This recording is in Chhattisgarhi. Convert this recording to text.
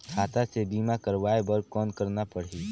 खाता से बीमा करवाय बर कौन करना परही?